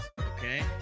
Okay